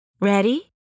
Ready